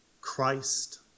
Christ